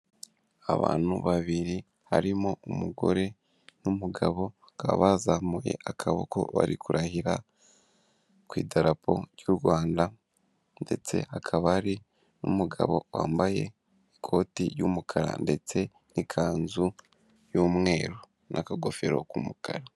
Abantu babiri harimo umugore n'umugabo, bakaba bazamuye akaboko bari kurahira ku idarapo ry'u Rwanda ndetse hakaba hari n'umugabo wambaye ikoti ry'umukara ndetse n'ikanzu y'umweru n'akagofero k'umukara.